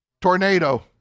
Tornado